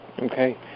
Okay